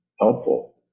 helpful